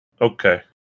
Okay